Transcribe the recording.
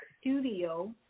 studio